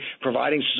providing